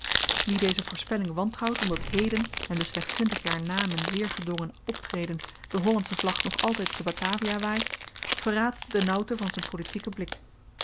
wie deze voorspelling wantrouwt omdat heden en dus slechts twintig jaar na m'n zeer gedwongen optreden de hollandsche vlag nog altyd te batavia waait verraadt de nauwte van z'n politieken blik